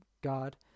God